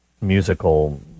musical